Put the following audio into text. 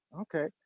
Okay